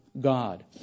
God